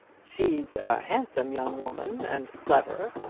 she's a handsome young woman and clever,